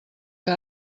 que